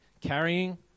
carrying